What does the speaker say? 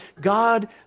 God